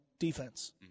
defense